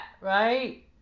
Right